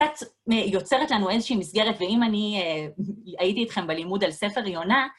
את יוצרת לנו איזושהי מסגרת, ואם אני הייתי איתכם בלימוד על ספר יונה...